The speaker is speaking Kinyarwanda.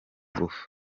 ingufu